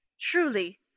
truly